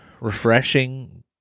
refreshing